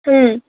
হুম